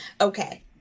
Okay